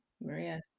maria